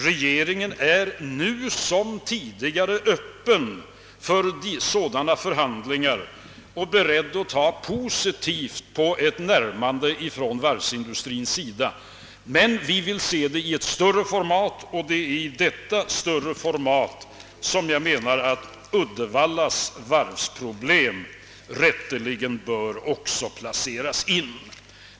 Regeringen är nu som tidigare öppen för förhandlingar och beredd att ta positivt på ett närmande från varvsindustrins sida. Men vi vill göra det i ett större format, och det är i ett sådant större format som jag menar att Uddevallavarvets problem «rätteligen också bör sättas in.